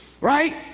Right